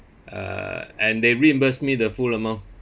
uh and they reimburse me the full amount